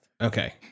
Okay